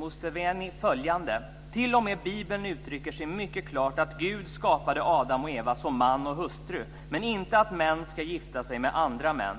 Museveni följande: T.o.m. Bibeln uttrycker sig mycket klart att Gud skapade Adam och Eva som man och hustru, men inte att män ska gifta sig med andra män.